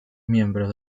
miembros